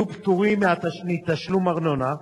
יהיו פטורים מתשלום ארנונה.